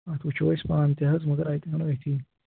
اَتھ وُچھو أسۍ پانہٕ تہِ حظ مَگر اَتہِ آو نہٕ اَتھٕے